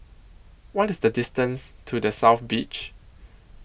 What IS The distance to The South Beach